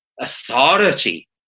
authority